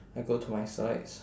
I go to my slides